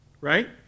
right